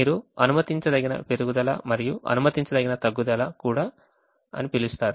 మీరు అనుమతించదగిన పెరుగుదల మరియు అనుమతించదగిన తగ్గుదల అని కూడా పిలుస్తారు